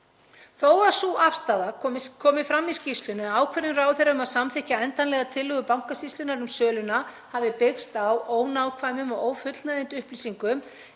Þó að sú afstaða komi fram í skýrslunni að ákvörðun ráðherra um að samþykkja endanlega tillögu Bankasýslunnar um söluna hafi byggst á ónákvæmum og ófullnægjandi upplýsingum